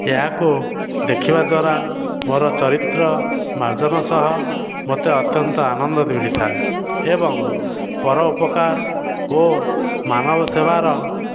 ଏହାକୁ ଦେଖିବା ଦ୍ୱାରା ମୋର ଚରିତ୍ର ମାର୍ଜନ ସହ ମୋତେ ଅତ୍ୟନ୍ତ ଆନନ୍ଦ ମିଳିଥାଏ ଏବଂ ପରୋପକାର ଓ ମାନବ ସେବାର